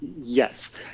Yes